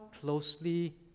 closely